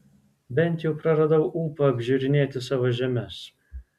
bent jau praradau ūpą apžiūrinėti savo žemes